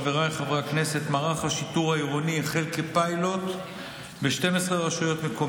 יציג חבר הכנסת צביקה פוגל, יושב-ראש הוועדה.